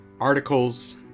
articles